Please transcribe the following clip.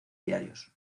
diarios